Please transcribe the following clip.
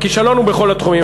הכישלון הוא בכל התחומים.